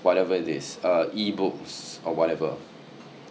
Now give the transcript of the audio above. whatever it is uh ebooks or whatever